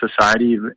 society